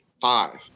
five